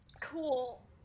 Cool